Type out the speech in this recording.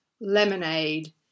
lemonade